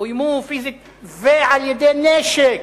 אוימו פיזית ועל-ידי נשק,